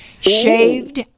Shaved